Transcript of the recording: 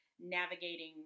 navigating